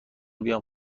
بیام